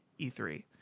E3